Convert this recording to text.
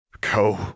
Go